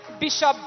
Bishop